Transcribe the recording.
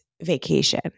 vacation